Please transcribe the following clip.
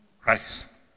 Christ